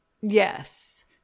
Yes